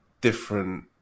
different